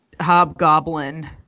Hobgoblin